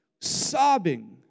sobbing